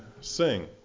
sing